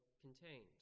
contained